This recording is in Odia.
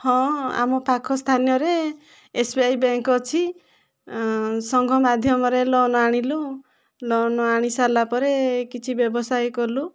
ହଁ ଆମ ପାଖ ସ୍ଥାନୀୟରେ ଏସ୍ ବି ଆଇ ବ୍ୟାଙ୍କ୍ ଅଛି ସଙ୍ଘ ମାଧ୍ୟମରେ ଲୋନ୍ ଆଣିଲୁ ଲୋନ୍ ଆଣି ସାରିଲାପରେ କିଛି ବ୍ୟବସାୟ କଲୁ